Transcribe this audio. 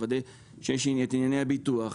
לוודא שיש ביטוח,